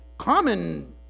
common